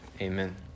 amen